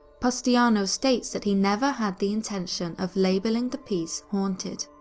pustanio states that he never had the intention of labelling the piece haunted.